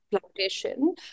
plantation